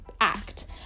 act